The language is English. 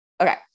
Okay